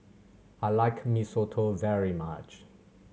I like Mee Soto very much